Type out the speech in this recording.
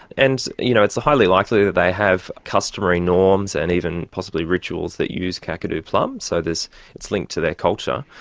and you know it's highly likely that they have customary norms and even possibly rituals that use kakadu plum, so it's linked to their culture.